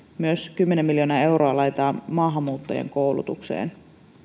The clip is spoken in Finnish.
kymmenen miljoonaa euroa laitetaan myös maahanmuuttajien koulutukseen se